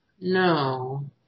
No